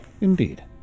Indeed